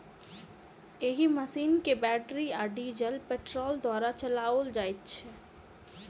एहि मशीन के बैटरी आ डीजल पेट्रोल द्वारा चलाओल जाइत छै